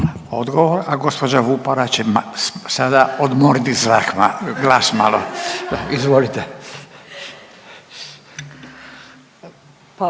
Odgovor. A gospođa Vupora će sada odmoriti glas malo. Izvolite.